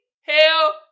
Hell